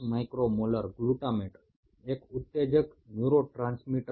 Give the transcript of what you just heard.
এই গ্লুটামেট হলো একটি উত্তেজনা সৃষ্টিকারী নিউরোট্রান্সমিটার